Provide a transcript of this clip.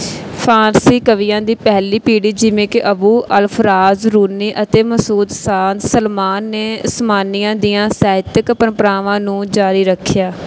ਫ਼ਾਰਸੀ ਕਵੀਆਂ ਦੀ ਪਹਿਲੀ ਪੀੜ੍ਹੀ ਜਿਵੇਂ ਕਿ ਅਬੂ ਅਲ ਫ਼ਰਾਜ ਰੂਨੀ ਅਤੇ ਮਸੂਦ ਸਾਦ ਸਲਮਾਨ ਨੇ ਸਮਾਨੀਆਂ ਦੀਆਂ ਸਾਹਿਤਕ ਪਰੰਪਰਾਵਾਂ ਨੂੰ ਜਾਰੀ ਰੱਖਿਆ